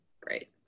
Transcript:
great